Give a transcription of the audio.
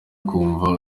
ukumva